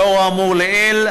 לאור האמור לעיל,